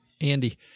Andy